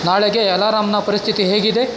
ನಾಳೆಗೆ ಅಲಾರಾಮ್ನ ಪರಿಸ್ಥಿತಿ ಹೇಗಿದೆ